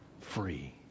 free